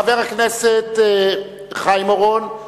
חבר הכנסת חיים אורון,